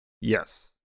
Yes